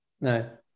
no